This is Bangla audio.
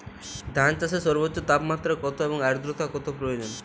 ধান চাষে সর্বোচ্চ তাপমাত্রা কত এবং আর্দ্রতা কত প্রয়োজন?